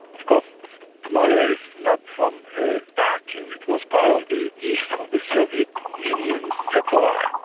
of course somalia is not from a vacuum. it was part of the east of the soviet union satellite.